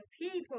people